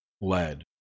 lead